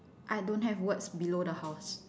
I don't have words below the horse